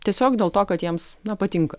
tiesiog dėl to kad jiems na patinka